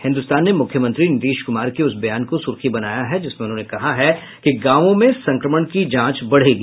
हिन्दुस्तान ने मुख्यमंत्री नीतीश कुमार के उस बयान को सुर्खी बनाया है जिसमें उन्होंने कहा है कि गावों में संक्रमण की जांच बढ़ेगी